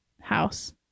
house